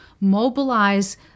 mobilize